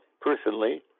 personally